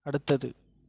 அடுத்தது